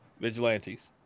Vigilantes